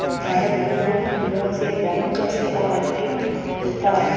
भारत की लोक निधियों से धन कैसे आवंटित होता है?